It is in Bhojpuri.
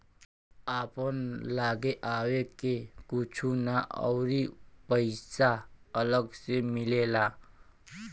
आपन लागे आवे के कुछु ना अउरी पइसा अलग से मिलेला